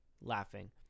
laughing